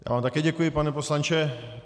Já vám také děkuji, pane poslanče.